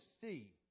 see